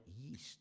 yeast